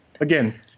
again